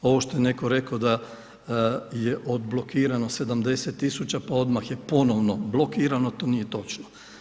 Ovo što je netko rekao da je odblokirano 70 tisuća pa odmah je ponovno blokirano, to nije točno.